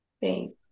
Thanks